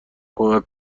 کمک